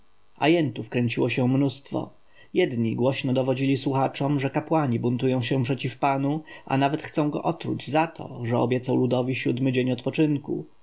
kapłańscy ajentów kręciło się mnóstwo jedni głośno dowodzili słuchaczom że kapłani buntują się przeciw panu a nawet chcą go otruć za to że obiecał ludowi siódmy dzień odpoczynku